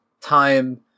time